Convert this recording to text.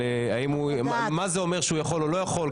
מה זה אומר שהוא יכול או לא יכול,